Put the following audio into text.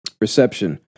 Reception